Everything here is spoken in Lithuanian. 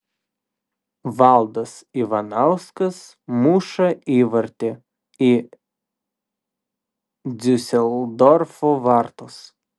valdas ivanauskas muša įvartį į diuseldorfo vartus